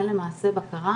אין למעשה בקרה